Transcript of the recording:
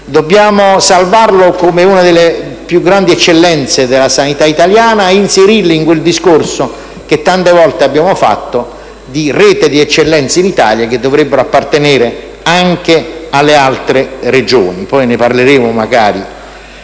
Dobbiamo salvarlo, come una delle più grandi eccellenze della sanità italiana, e inserirlo nel progetto, di cui tante volte abbiamo discusso, di una rete di eccellenze in Italia, che dovrebbero appartenere anche alle altre Regioni. Ma di questo magari